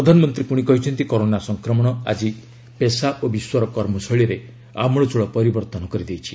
ପ୍ରଧାନମନ୍ତ୍ରୀ ପୁଣି କହିଛନ୍ତି କରୋନା ସଂକ୍ରମଣ ଆଜି ପେଶା ଓ ବିଶ୍ୱର କର୍ମଶୈଳୀରେ ଆମୂଳଚୂଳ ପରିବର୍ତ୍ତନ କରିଦେଇଛି